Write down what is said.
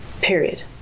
period